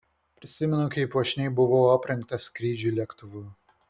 prisimenu kaip puošniai buvau aprengtas skrydžiui lėktuvu